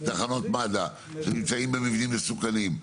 תחנות מד"א שנמצאים במבנים מסוכנים.